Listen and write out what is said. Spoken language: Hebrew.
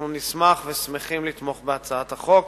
אנחנו נשמח, ושמחים לתמוך בהצעת החוק.